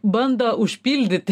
bando užpildyti